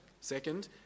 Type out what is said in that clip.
Second